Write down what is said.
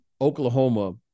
Oklahoma